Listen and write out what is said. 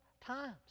times